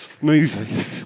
movie